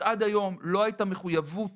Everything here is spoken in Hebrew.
עד היום לא הייתה מחויבות